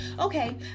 okay